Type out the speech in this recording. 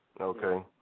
okay